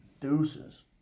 Deuces